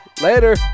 Later